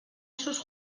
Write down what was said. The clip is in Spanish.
esos